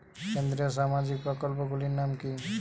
কেন্দ্রীয় সামাজিক প্রকল্পগুলি নাম কি কি?